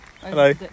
Hello